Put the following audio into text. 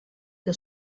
que